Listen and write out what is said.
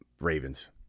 Ravens